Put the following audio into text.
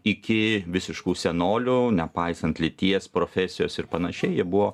iki visiškų senolių nepaisant lyties profesijos ir panašiai jie buvo